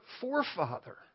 forefather